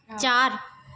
चार